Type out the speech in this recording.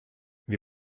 wir